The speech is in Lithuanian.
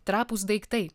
trapūs daiktai